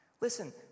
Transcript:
Listen